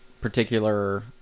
particular